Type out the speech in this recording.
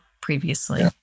previously